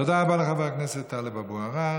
תודה רבה לחבר הכנסת טלב אבו עראר.